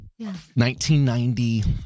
1990